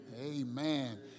Amen